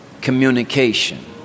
communication